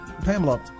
Pamela